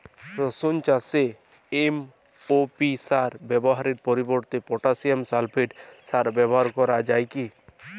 রসুন চাষে এম.ও.পি সার ব্যবহারের পরিবর্তে পটাসিয়াম সালফেট সার ব্যাবহার করা যায় কি?